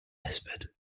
whispered